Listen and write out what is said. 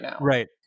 right